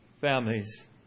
families